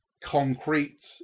concrete